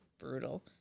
brutal